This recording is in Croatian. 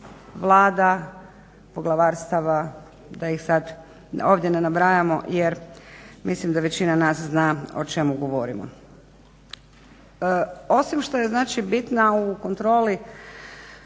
vlada, poglavarstava da ih sad ovdje ne nabrajamo, jer mislim da većina nas zna o čemu govorimo. Osim što je znači bitna, u kontroli